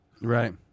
Right